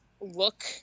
look